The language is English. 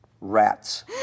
rats